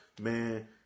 man